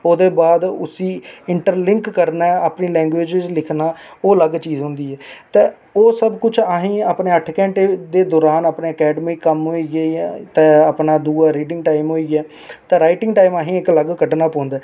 ओह्दे बाद उसी इंट्रलिंक करना अपनी लैंग्वेज च लिखना ओह् अलग चीज होंदी ऐ ते ओह् सब कुछ असें अपने अट्ठ घैंटे दे दरान अपने अकैडमिक कम्म होई गे जां ते अपना दूआ रीडिंग टाईम होई गेआ ते राईटिंग टाईम असेंगी इक अलग कड्ढना पौंदा ऐ